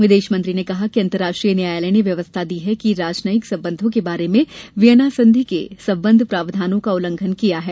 विदेशमंत्री ने कहा कि अंतरराष्ट्रीय न्यायालय ने व्यवस्था दी है कि राजनयिक संबंधों के बारे में वियना संधि के सम्बद्ध प्रावधानों का उल्लंघन किया है